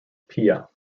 pia